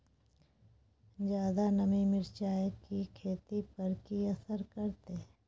ज्यादा नमी मिर्चाय की खेती पर की असर करते?